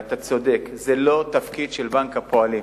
אתה צודק, זה לא תפקיד של בנק הפועלים